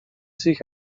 sich